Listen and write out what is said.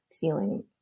feeling